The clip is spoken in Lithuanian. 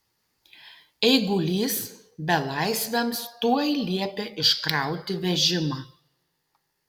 eigulys belaisviams tuoj liepė iškrauti vežimą